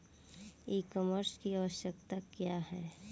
ई कॉमर्स की आवशयक्ता क्या है?